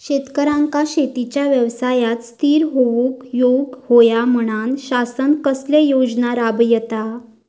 शेतकऱ्यांका शेतीच्या व्यवसायात स्थिर होवुक येऊक होया म्हणान शासन कसले योजना राबयता?